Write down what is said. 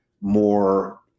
more